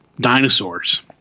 dinosaurs